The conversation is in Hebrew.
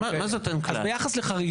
אסביר מה כן ראוי